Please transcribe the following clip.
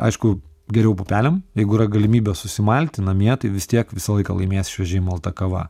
aišku geriau pupelėm jeigu yra galimybė susimalti namie tai vis tiek visą laiką laimės šviežiai malta kava